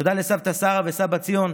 תודה לסבתא שרה וסבא ציון,